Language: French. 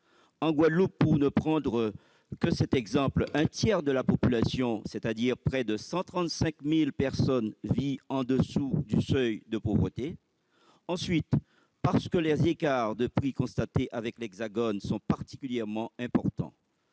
En Guadeloupe, pour ne prendre que cet exemple, un tiers de la population- c'est-à-dire près de 135 000 personnes - vit au-dessous du seuil de pauvreté. Ensuite, parce que les écarts de prix constatés avec l'Hexagone sont particulièrement importants,